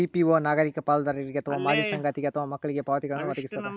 PPO ನಾಗರಿಕ ಪಾಲುದಾರರಿಗೆ ಅಥವಾ ಮಾಜಿ ಸಂಗಾತಿಗೆ ಅಥವಾ ಮಕ್ಳಿಗೆ ಪಾವತಿಗಳ್ನ್ ವದಗಿಸ್ತದ